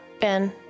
Ben